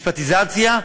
משפטיזציה.